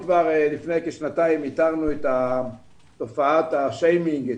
לפני כשנתיים איתרנו את תופעת השיימינג,